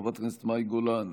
חברת הכנסת מאי גולן,